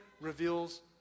reveals